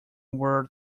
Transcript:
world